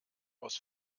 aus